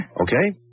Okay